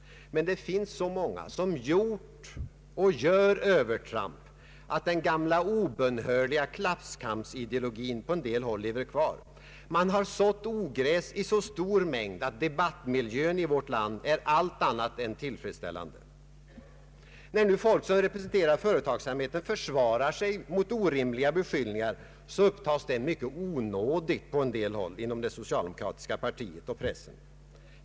Men det finns så många som gjort och gör övertramp, att den gamla obönhörliga klasskampsideologin lever kvar. Man har sått ogräs i så stor mängd att debattmiljön i vårt land är allt annat än tillfredsställande. När nu folk som representerar företagsamheten försvarar sig mot orimliga beskyllningar, så upptas det mycket onådigt på en del håll inom det socialdemokratiska partiet och den socialdemokratiska pressen.